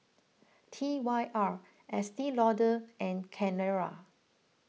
T Y R Estee Lauder and Carrera